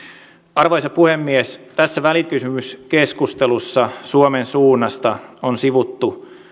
arvoisa puhemies tässä välikysymyskeskustelussa suomen suunnasta on sivuttu